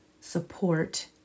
support